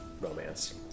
romance